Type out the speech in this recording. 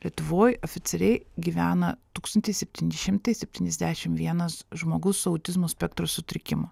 lietuvoj oficialiai gyvena tūkstantis septyni šimtai septyniasdešim vienas žmogus su autizmo spektro sutrikimu